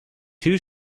two